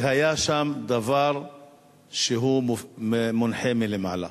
שהיה שם דבר שהוא מונחה מלמעלה.